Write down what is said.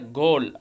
goal